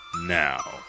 now